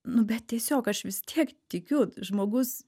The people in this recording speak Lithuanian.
nu bet tiesiog aš vis tiek tikiu žmogus